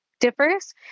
differs